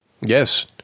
Yes